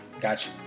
Gotcha